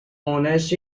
honest